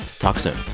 talk soon